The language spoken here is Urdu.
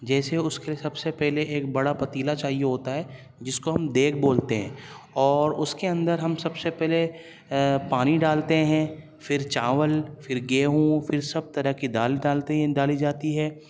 جیسے اس کے لیے سب سے پہلے ایک بڑا پتیلا چاہیے ہوتا ہے جس کو ہم دیگ بولتے ہیں اور اس کے اندر ہم سب سے پہلے پانی ڈالتے ہیں پھر چاول پھر گیہوں پھر سب طرح کی دال ڈالتے ہیں ڈالی جاتی ہیں